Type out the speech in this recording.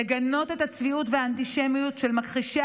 לגנות את הצביעות והאנטישמיות של מכחישי